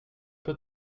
peu